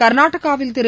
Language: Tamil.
கர்நாடகாவில் திரு